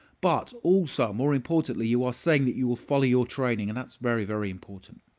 but also, more importantly, you are saying that you will follow your training and that's very, very important.